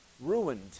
ruined